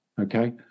okay